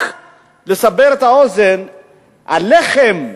רק לסבר את האוזן: הלחם,